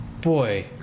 boy